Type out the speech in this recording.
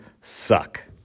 suck